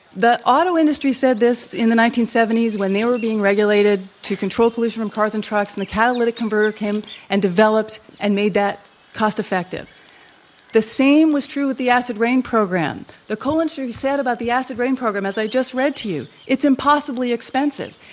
the auto industry said this in the nineteen seventy s when they were being regulated to control pollution from cars and trucks. and the catalytic converter came and developed, and made that cost-effective. the same was true with the acid rain program. the coal industry said about the acid rain program, as i just read to you it's impossibly expensive.